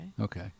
Okay